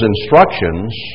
instructions